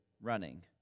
running